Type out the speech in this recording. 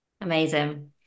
amazing